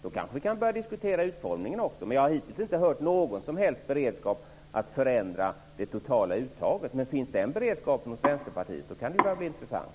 Då kanske vi kan diskutera utformningen. Jag har hittills inte hört någonting om någon beredskap att förändra det totala uttaget. Om den beredskapen finns hos Vänsterpartiet kan det bli intressant.